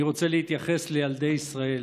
אני רוצה להתייחס לילדי ישראל.